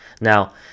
Now